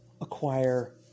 acquire